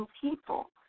people